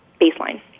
baseline